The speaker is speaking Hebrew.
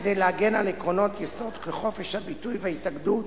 כדי להגן על עקרונות יסוד כחופש הביטוי וההתאגדות,